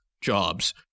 jobs